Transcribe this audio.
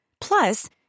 Plus